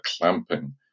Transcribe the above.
clamping